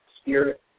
spirit